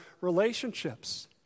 relationships